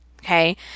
Okay